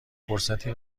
فرصتی